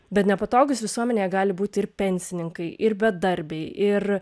bet nepatogūs visuomenėje gali būti ir pensininkai ir bedarbiai ir